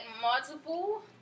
multiple